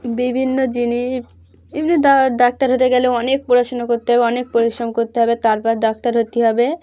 বিভিন্ন জিনিস এমনি ডা ডাক্তার হতে গেলে অনেক পড়াশুনা করতে হবে অনেক পরিশ্রম করতে হবে তারপর ডাক্তার হতে হবে